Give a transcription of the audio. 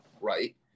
right